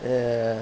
ya